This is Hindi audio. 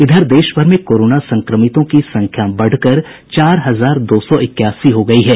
इधर देश भर में कोरोना संक्रमितों की संख्या बढ़कर चार हजार दो सौ इक्यासी हो गयी है